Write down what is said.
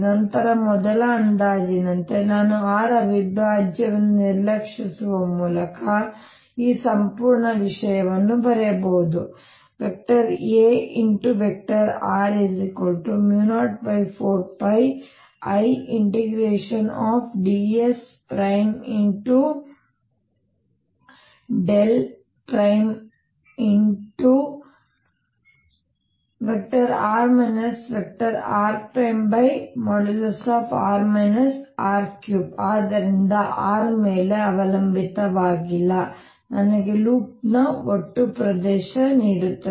ನಂತರ ಮೊದಲ ಅಂದಾಜಿನಂತೆ ನಾನು r ಅವಿಭಾಜ್ಯವನ್ನು ನಿರ್ಲಕ್ಷಿಸುವ ಮೂಲಕ ಈ ಸಂಪೂರ್ಣ ವಿಷಯವನ್ನು ಬರೆಯಬಹುದು ಏಕೆಂದರೆ Ar04πIds×r rr r304πIds×r rr r3 ಆದ್ದರಿಂದ r ಮೇಲೆ ಅವಲಂಬಿತವಾಗಿಲ್ಲ ನನಗೆ ಲೂಪ್ ನ ಒಟ್ಟು ಪ್ರದೇಶವನ್ನು ನೀಡುತ್ತದೆ